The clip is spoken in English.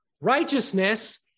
righteousness